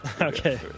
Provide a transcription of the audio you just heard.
Okay